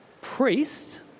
priest